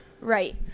Right